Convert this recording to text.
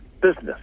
business